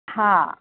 हा